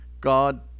God